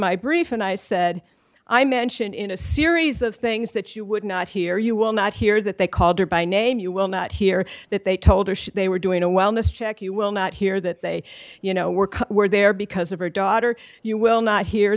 my brief and i said i mentioned in a series of things that you would not hear you will not hear that they called her by name you will not hear that they told her they were doing a wellness check you will not hear that they you know were were there because of her daughter you will not he